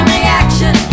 reaction